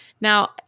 now